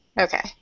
Okay